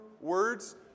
words